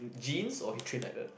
genes or he train like that